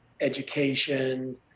education